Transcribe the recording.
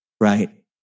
right